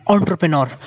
Entrepreneur